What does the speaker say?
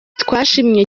twashimye